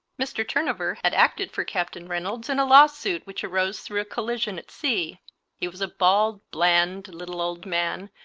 mr. turnover had acted for captain rey nolds in a lawsuit which arose through a collision at sea he was a bald, bland, little old man,